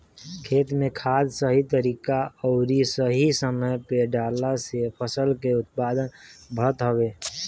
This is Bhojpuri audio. खेत में खाद सही तरीका अउरी सही समय पे डालला से फसल के उत्पादन बढ़त हवे